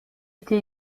été